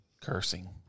cursing